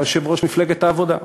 היה יושב-ראש מפלגת העבודה.